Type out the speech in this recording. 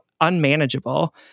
unmanageable